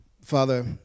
father